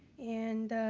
and